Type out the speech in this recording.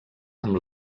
amb